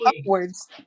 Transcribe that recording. upwards